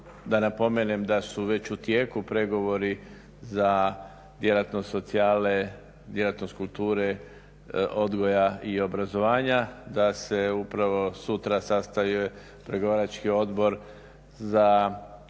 da napomenem da su već u tijeku pregovori za djelatnost socijale, djelatnost kulture, odgoja i obrazovanja da se upravo sutra sastaje pregovarački odbor za